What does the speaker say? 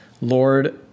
Lord